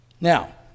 Now